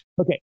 Okay